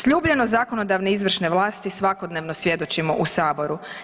Sljubljenost zakonodavne izvršne vlasti svakodnevno svjedočimo u saboru.